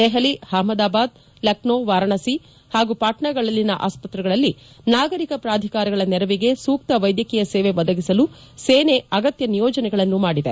ದೆಹಲಿ ಅಹಮದಾಬಾದ್ ಲಕ್ನೋ ವಾರಾಣಸಿ ಹಾಗೂ ಪಾಣ್ನಾಗಳಲ್ಲಿನ ಆಸ್ಪತ್ರೆಗಳಲ್ಲಿ ನಾಗರಿಕ ಪ್ರಾಧಿಕಾರಗಳ ನೆರವಿಗೆ ಸೂಕ್ತ ವೈದ್ಯಕೀಯ ಸೇವೆ ಒದಗಿಸಲು ಸೇನೆ ಅಗತ್ಯ ನಿಯೋಜನೆಗಳನ್ನು ಮಾಡಿದೆ